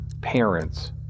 parents